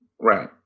Right